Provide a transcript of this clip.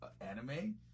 anime